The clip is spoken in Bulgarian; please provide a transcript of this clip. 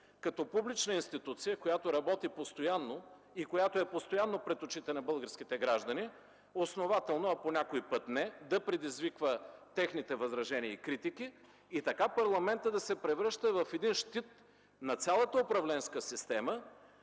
като публична институция, която работи постоянно и която е постоянно пред очите на българските граждани, основателно, ако някой път не е, да предизвиква техните възражения и критики и така парламентът да се превръща в един щит на цялата управленска система,